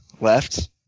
left